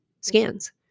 scans